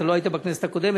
אתה לא היית בכנסת הקודמת,